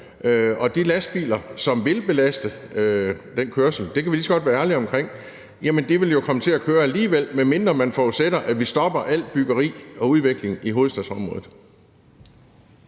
den kørsel, som vil være belastende – det kan vi lige så godt være ærlig omkring – vil jo komme til at køre alligevel, medmindre man forudsætter, at vi stopper alt byggeri og udvikling i hovedstadsområdet.